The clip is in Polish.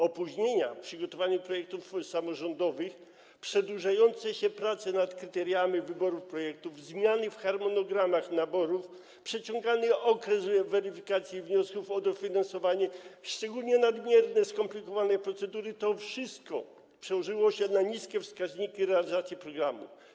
Opóźnienia w przygotowaniu projektów samorządowych, przedłużające się prace nad kryteriami wyboru projektów, zmiany w harmonogramach naborów, przeciągany okres weryfikacji wniosków o dofinansowanie, szczególnie nadmierne skomplikowane procedury - to wszystko przełożyło się na niskie wskaźniki realizacji programu.